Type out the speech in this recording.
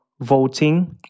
voting